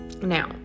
Now